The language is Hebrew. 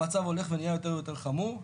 המצב הולך ונהיה יותר ויותר חמור,